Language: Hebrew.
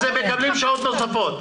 אז הם מקבלים שעות נוספות.